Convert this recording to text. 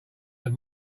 that